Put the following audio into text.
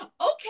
okay